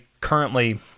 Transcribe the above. currently